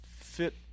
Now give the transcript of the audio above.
fit